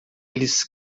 aqueles